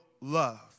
love